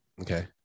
okay